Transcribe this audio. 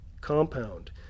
compound